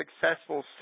successful